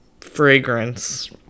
fragrance